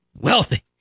Wealthy